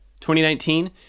2019